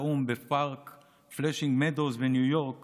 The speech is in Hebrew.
בפארק פלאשינג מדוז בניו יורק